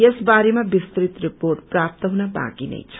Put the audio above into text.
यस बारेमा विस्तृत रिर्पोट प्राप्त हुन बाँकी नै छ